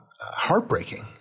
heartbreaking